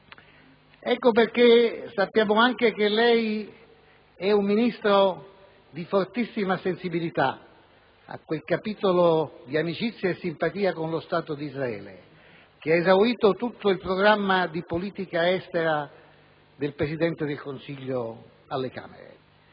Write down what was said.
Libano. Sappiamo anche che lei è un Ministro di fortissima sensibilità a quel capitolo di amicizia e simpatia con lo Stato di Israele che ha esaurito tutto il programma di politica estera del Presidente del Consiglio alle Camere.